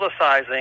publicizing